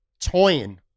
toying